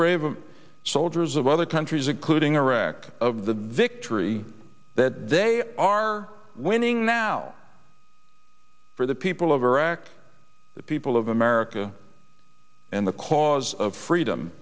brave soldiers of other countries including iraq of the victory that they are winning now for the people of iraq the people of america and the cause of freedom